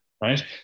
right